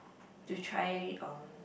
to try um